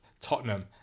Tottenham